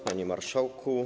Panie Marszałku!